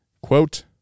quote